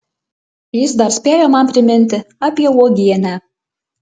jis dar spėjo man priminti apie uogienę